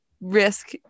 risk